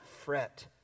fret